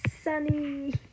Sunny